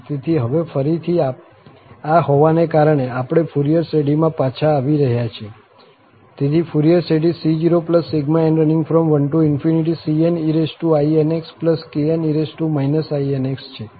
તેથી હવે ફરીથી આ હોવાને કારણે આપણે ફુરિયર શ્રેઢીમાં પાછા આવી રહ્યા છીએ તેથી ફુરિયર શ્રેઢી c0∑n1 cneinxkne inx છે